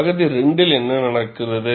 பகுதி 2 இல் என்ன நடக்கிறது